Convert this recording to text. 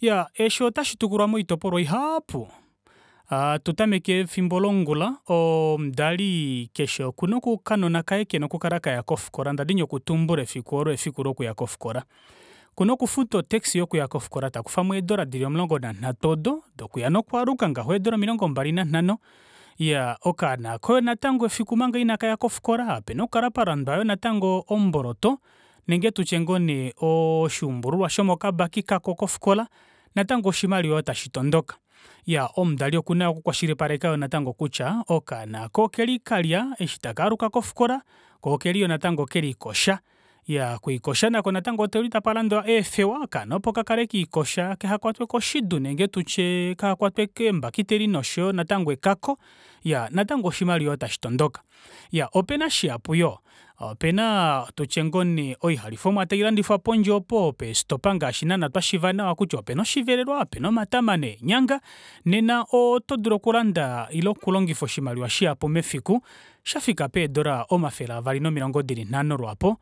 iyaa eshi otashitukulwa moitopolwa ihaapu hatu tameke nefimbo longula omudali kusha okuna okanona kaye kena okukala kaya kofikola ndadini okutumbula efiku oolo efiku lokuya kofikola okuna okufuta otaxi yokuya kofikola takufamo ee dora dili omulongo nanhatu oodo dokuya nokwaaluka ngaho eedora omilongo mbali nanhano iyaa okaana aako natango omanga inakaya kofikola opena okukala palandwa omboloto ile tutye oshuumbululwa shomokabaki kako kofikola natango oshimaliwa tashi tondoka iyaa omudali okuna yoo oku kwashilipaleka natango kutya okaana aako okeli kalya eshi takaaluka kofikola koo okeli yoo natango kelikosha iyaa okwiikosha nako natango okuli takulandwa eefewa okaana opo kakale kelikosha kahakwatwe koshidu nenge tutye kahakwatwe keembakiteli noshoyo natango ekako iyaa natango oshimaliwa tashi tondoka iya opena shihapu yoo opena oilandifomwa tailandifwa pondje oopo pee stop ngaashi naana twashiva nawa kutya opena oshivelelwa opena omatama neenyanga nena otodulu okulanda ile okulongifa oshimaliwa shihapu mefiku shafika peedora omafele eli aavali nomilongo dili nhano lwaapo